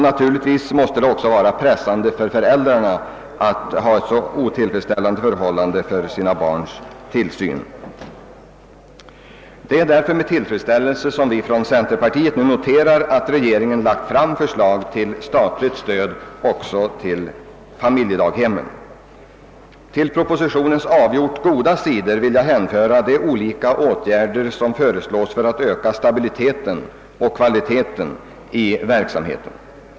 Naturligtvis måste det också vara pressande för föräldrarna att ha så otillfredsställande förhållanden för sina barns tillsyn. Centerpartiet noterar därför med tillfredsställelse att regeringen lagt fram förslag till statligt stöd också till familjedaghemmen. Till propositionens avgjort goda sidor vill jag hänföra de olika åtgärder som föreslås för att öka stabiliteten och kvaliteten i verksamheten.